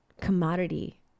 commodity